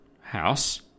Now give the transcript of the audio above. house